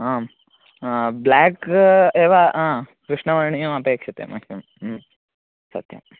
आम् ब्ल्याक् एव आ कृष्णवर्णीयमपेक्षते मह्यं सत्यम्